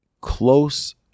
close